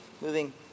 moving